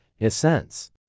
Essence